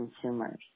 consumers